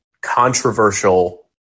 controversial